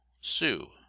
Sue